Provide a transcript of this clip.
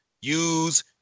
use